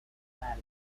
مردونه